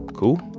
cool?